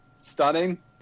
stunning